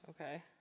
Okay